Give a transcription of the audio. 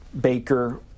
Baker